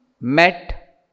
met